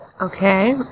Okay